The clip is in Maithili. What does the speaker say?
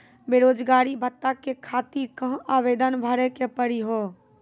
बेरोजगारी भत्ता के खातिर कहां आवेदन भरे के पड़ी हो?